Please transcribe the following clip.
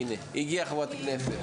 הנה, הגיעה חברת הכנסת